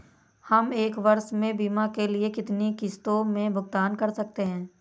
हम एक वर्ष में बीमा के लिए कितनी किश्तों में भुगतान कर सकते हैं?